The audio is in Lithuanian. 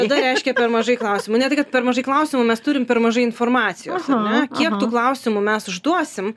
tada reiškia per mažai klausimų ne tai kad per mažai klausimų mes turim per mažai informacijos ar ne kiek tų klausimų mes užduosim